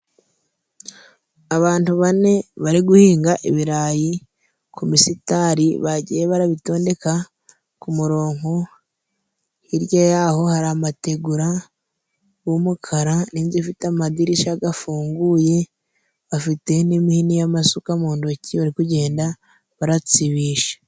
Abantu bane bari guhinga ibirayi ku misitari bagiye barabitondeka ku muronko, hirya ya ho hari amategura gw'umukara n'inzu ifite amadirisha gafunguye, bafite n'imihini y'amasuka mu ntoki bari kugenda baratsibisha.